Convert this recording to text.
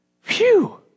phew